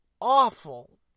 awful